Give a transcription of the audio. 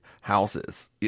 houses